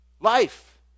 life